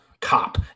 cop